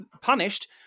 punished